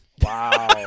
Wow